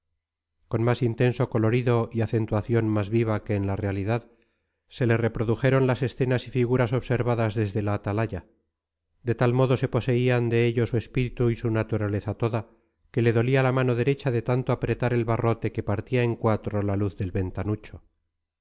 con más intenso colorido y acentuación más viva que en la realidad se le reprodujeron las escenas y figuras observadas desde la atalaya de tal modo se poseían de ello su espíritu y su naturaleza toda que le dolía la mano derecha de tanto apretar el barrote que partía en cuatro la luz del